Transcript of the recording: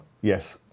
Yes